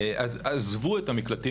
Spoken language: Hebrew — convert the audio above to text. עזבו את המקלטים,